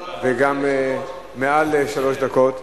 וגם מעל שלוש דקות.